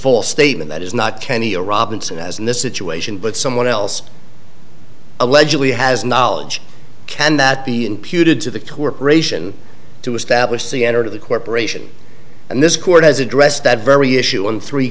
false statement that is not kenny or robinson as in this situation but someone else allegedly has knowledge can that be imputed to the corporation to establish the energy of the corporation and this court has addressed that very issue on three